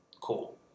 Cool